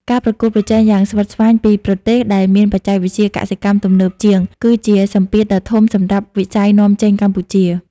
ការប្រកួតប្រជែងយ៉ាងស្វិតស្វាញពីប្រទេសដែលមានបច្ចេកវិទ្យាកសិកម្មទំនើបជាង គឺជាសម្ពាធដ៏ធំសម្រាប់វិស័យនាំចេញកម្ពុជា។